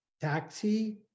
taxi